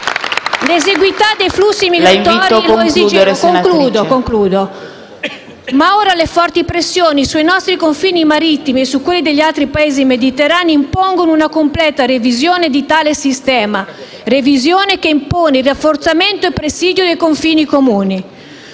L'esiguità dei flussi migratori lo esigeva. Ma ora le forti pressioni sui nostri confini marittimi (e su quelli degli altri Paesi mediterranei) impongono una completa revisione di tale sistema: revisione che impone il rafforzamento e il presidio dei confini comuni.